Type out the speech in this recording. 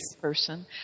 person